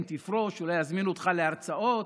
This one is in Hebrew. אם תפרוש אולי יזמינו אותך להרצאות.